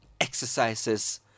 exercises